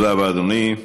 תודה רבה, אדוני.